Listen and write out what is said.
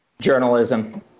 Journalism